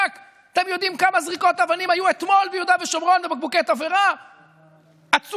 אתם יודעים כמה זריקות אבנים ובקבוקי תבערה היו אתמול ביהודה ושומרון?